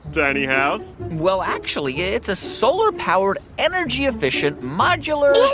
tiny house? well, actually, it's a solar-powered, energy-efficient, modular.